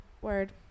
Word